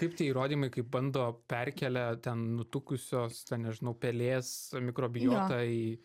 kaip tie įrodymai kai bando perkelia ten nutukusios ten nežinau pelės mikrobiotą į